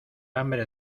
hambre